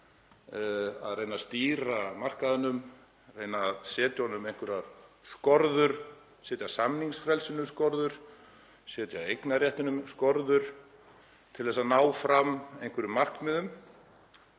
að reyna að stýra markaðnum, reyna að setja honum einhverjar skorður, setja samningsfrelsinu skorður, setja eignarréttinum skorður til að ná fram markmiðum